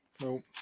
nope